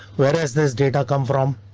whereas this data come from.